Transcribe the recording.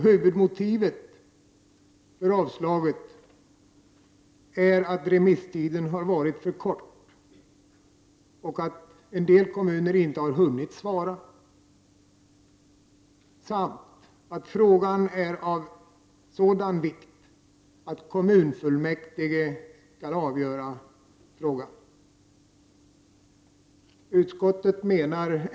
Huvudmotivet för avslaget är att remisstiden har varit för kort och att en del kommuner inte har hunnit svara samt att frågan är av sådan vikt att kommunfullmäktige skall avgöra den.